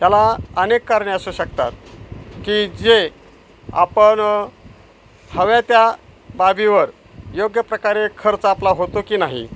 त्याला अनेक कारणे असू शकतात की जे आपण हव्या त्या बाबीवर योग्य प्रकारे खर्च आपला होतो की नाही